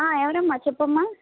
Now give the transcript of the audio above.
ఎవరమ్మా చెప్పమ్మా